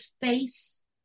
face